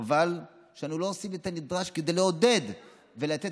וחבל שאנחנו לא עושים את הנדרש כדי לעודד ולתת